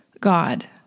God